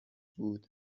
بود